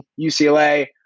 UCLA